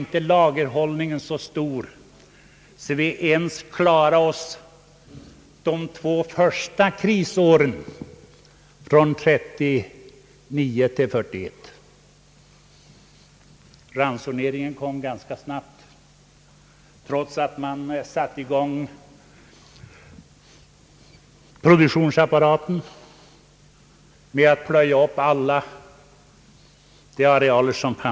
Då var lagerhållningen inte så stor att vi ens klarade de två första krisåren, 1939—1941. Ransoneringen kom ganska snart trots att man satte i gång produktionsapparaten och plöjde upp alla tillgängliga arealer.